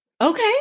Okay